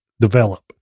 develop